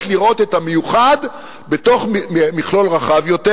לראות את המיוחד בתוך מכלול רחב יותר,